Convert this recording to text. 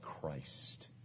Christ